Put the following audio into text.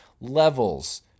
levels